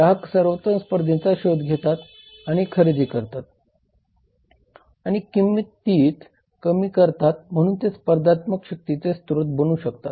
ग्राहक सर्वोत्तम स्पर्धांचे शोध घेतात आणि खरेदी करतात आणि किंमती कमी करतात म्हणून ते स्पर्धात्मक शक्तीचे स्रोत बनू शकतात